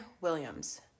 Williams